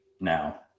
now